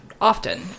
often